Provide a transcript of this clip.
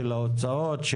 של ההוצאות,